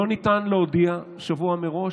לא ניתן להודיע שבוע מראש,